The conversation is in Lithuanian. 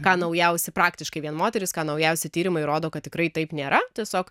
ką naujausi praktiškai vien moterys ką naujausi tyrimai rodo kad tikrai taip nėra tiesiog